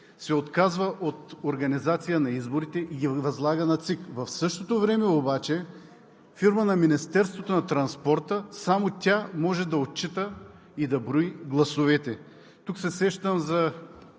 се отказва от организация на изборите и ги възлага на ЦИК, в същото време обаче само фирма на Министерството на транспорта може да отчита и да брои гласовете?!